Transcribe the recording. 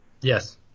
Yes